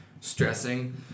stressing